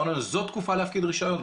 אמרנו להם זו התקופה להפקיד רישיון,